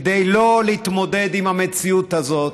כדי לא להתמודד עם המציאות הזאת,